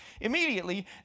Immediately